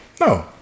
No